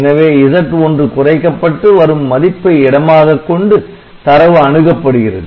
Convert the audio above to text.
எனவே Z ஒன்று குறைக்கப்பட்டு வரும் மதிப்பை இடமாக கொண்டு தரவு அணுகப்படுகிறது